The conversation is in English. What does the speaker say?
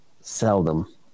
seldom